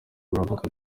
baravuga